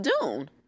dune